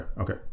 okay